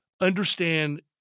understand